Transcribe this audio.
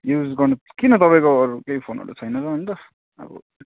use गर्नु किन तपाईँको अरू केही फोनहरू छैन र अन्त अब